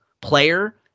player